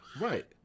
right